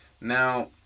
Now